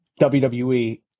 WWE